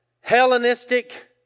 Hellenistic